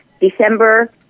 December